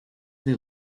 they